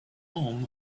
home